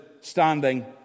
standing